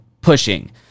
pushing